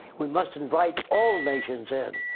we must invite all nations in,